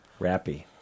Rappy